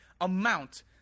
amount